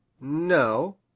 no